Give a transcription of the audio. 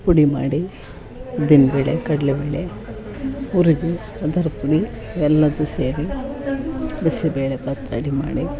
ಪುಡಿ ಮಾಡಿ ಉದ್ದಿನ ಬೇಳೆ ಕಡಲೆ ಬೇಳೆ ಹುರಿದು ಅದರ ಪುಡಿ ಎಲ್ಲದೂ ಸೇರಿ ಬಿಸಿಬೇಳೆಭಾತು ರಡಿ ಮಾಡಿ